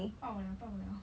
爆 liao 爆 liao